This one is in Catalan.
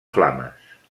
flames